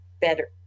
better